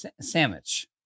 Sandwich